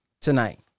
tonight